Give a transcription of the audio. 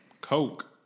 Coke